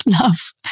love